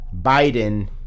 Biden